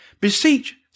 beseech